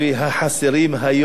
החסרות היום,